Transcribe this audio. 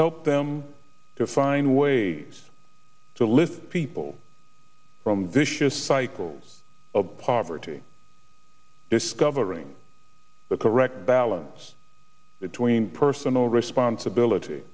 help them to find a way to lift people from vicious cycles of poverty discovering the correct balance between personal responsibility